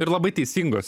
ir labai teisingos